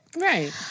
Right